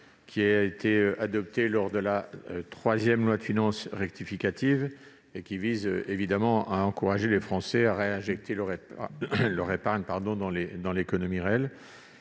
le cadre de l'examen de la troisième loi de finances rectificative qui vise à encourager les Français à réinjecter leur épargne dans l'économie réelle.